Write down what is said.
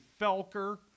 Felker